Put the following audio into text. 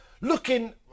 looking